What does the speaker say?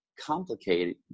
complicated